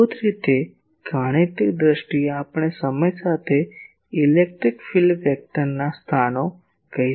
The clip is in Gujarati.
મૂળભૂત રીતે ગાણિતિક દ્રષ્ટિએ આપણે સમય સાથે ઇલેક્ટ્રિક ફીલ્ડ સદિશના સ્થાનો કહી શકીએ